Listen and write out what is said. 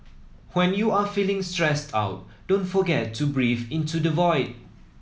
when you are feeling stressed out don't forget to breathe into the void